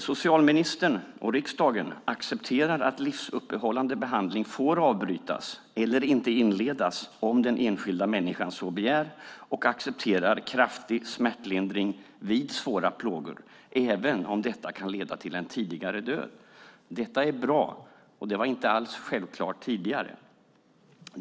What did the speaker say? Socialministern och riksdagen accepterar att livsuppehållande behandling får avbrytas eller inte inledas om den enskilda människan så begär och accepterar kraftig smärtlindring vid svåra plågor, även om detta kan leda till en tidigare död. Det är bra men var inte alls självklart tidigare.